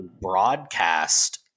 broadcast